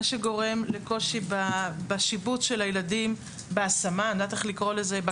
מה שגורם לקושי בשיבוץ של הילדים, בקליטה.